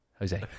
Jose